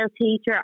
teacher